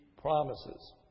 promises